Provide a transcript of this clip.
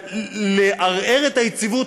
לערער את היציבות,